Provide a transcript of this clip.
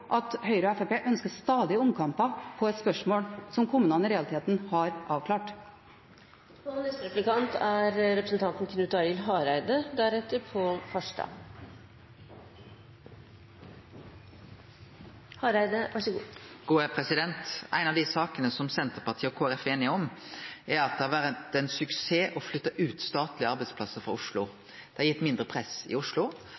at Høyre og Fremskrittspartiet stadig ønsker omkamper om et spørsmål som kommunene i realiteten har avklart. Ei av dei sakene som Senterpartiet og Kristeleg Folkeparti er einige om, er at det har vore ein suksess å flytte statlege arbeidsplassar ut